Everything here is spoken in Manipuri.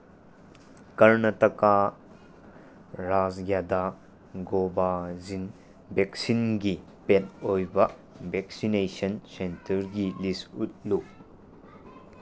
ꯀꯔꯅꯥꯇꯀꯥ ꯔꯥꯖ꯭ꯌꯗ ꯒꯣꯕꯥꯖꯤꯟ ꯚꯦꯛꯁꯤꯟꯒꯤ ꯄꯦꯠ ꯑꯣꯏꯕ ꯚꯦꯛꯁꯤꯅꯦꯁꯟ ꯁꯦꯟꯇꯔꯒꯤ ꯂꯤꯁ ꯎꯠꯂꯨ